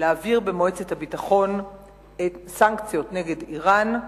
להעביר במועצת הביטחון סנקציות נגד אירן,